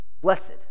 Blessed